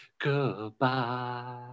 goodbye